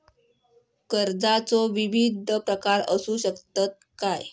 कर्जाचो विविध प्रकार असु शकतत काय?